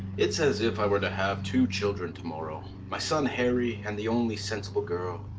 it's as if i were to have two children to-morrow. my son harry and the only sensible girl.